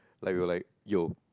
like we're like yo